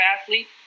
athlete